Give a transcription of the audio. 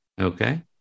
Okay